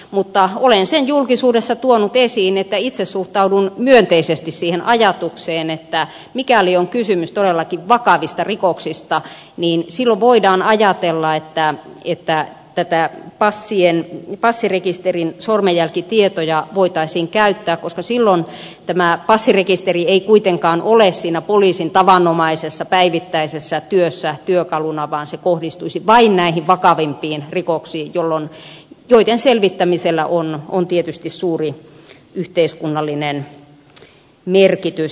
mutta olen sen julkisuudessa tuonut esiin että itse suhtaudun myönteisesti siihen ajatukseen että mikäli on kysymys todellakin vakavista rikoksista silloin voidaan ajatella että näitä passirekisterin sormenjälkitietoja voitaisiin käyttää koska silloin tämä passirekisteri ei kuitenkaan ole siinä poliisin tavanomaisessa päivittäisessä työssä työkaluna vaan se kohdistuisi vain näihin vakavimpiin rikoksiin joiden selvittämisellä on tietysti suuri yhteiskunnallinen merkitys